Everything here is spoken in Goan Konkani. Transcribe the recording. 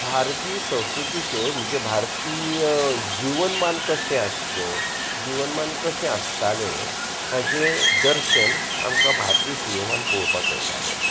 भारतीय संस्कृतीचे म्हणजे भारतीय जिवनमान कशें आसचें जिवनमान कशें आसताले हाचें दर्शन आमकां भारतीय सिनेमान पळोवपाक मेळटालें